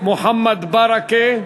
מוחמד ברכה.